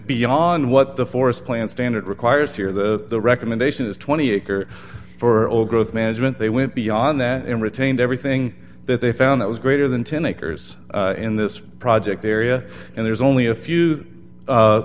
beyond what the forest plant standard requires here the recommendation is twenty acres for overgrowth management they went beyond that and retained everything that they found that was greater than ten acres in this project area and there's only a few